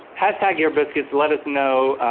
hashtag ear biscuits, let us know,